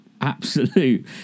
absolute